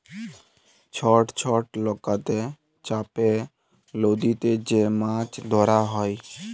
ছট ছট লকাতে চাপে লদীতে যে মাছ ধরা হ্যয়